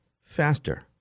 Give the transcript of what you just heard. faster